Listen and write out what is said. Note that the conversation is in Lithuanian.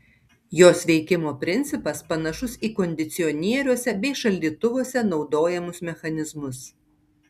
jos veikimo principas panašus į kondicionieriuose bei šaldytuvuose naudojamus mechanizmus